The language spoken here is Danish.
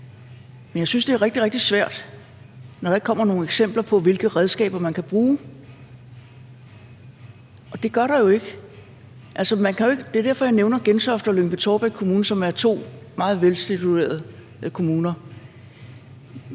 Men jeg synes, det er rigtig, rigtig svært, når der ikke kommer nogen eksempler på, hvilke redskaber man kan bruge. Og det gør der jo ikke. Det er derfor, jeg nævner Gentofte og Lyngby-Taarbæk Kommuner, som er to meget velstillede kommuner.